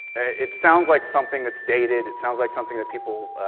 it sounds like something that's dated, it sounds like something that people,